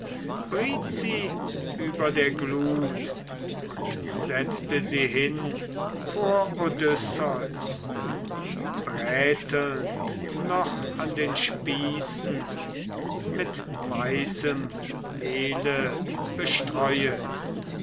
über der glut und setzte sie hin vor odysseus brätelnd noch an den spießen mit weißem mehle bestreuet